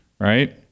right